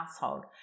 household